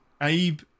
Abe